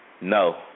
No